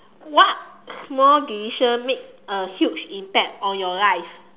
what small decision made a huge impact on your life